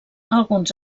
alguns